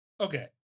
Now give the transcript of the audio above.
Okay